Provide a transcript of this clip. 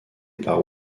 par